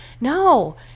no